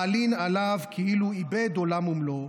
"מעלין עליו כאילו איבד עולם ומלואו,